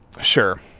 Sure